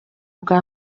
bwa